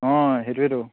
অঁ সেইটোৱেইেতো